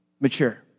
mature